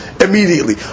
immediately